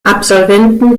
absolventen